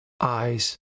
eyes